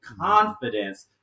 confidence